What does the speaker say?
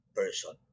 person